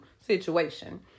situation